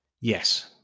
Yes